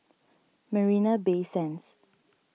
Marina Bay Sands